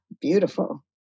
beautiful